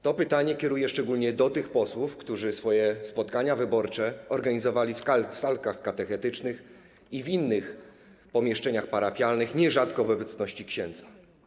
To pytanie kieruję szczególnie do tych posłów, którzy swoje spotkania wyborcze organizowali w salkach katechetycznych i w innych pomieszczeniach parafialnych, nierzadko w obecności księdza.